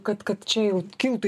kad kad čia jau kiltų